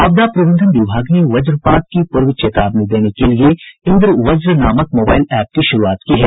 आपदा प्रबंधन विभाग ने वजपात की पूर्व चेतावनी देने के लिए इंद्रवज नामक मोबाईल एप की शुरूआत की है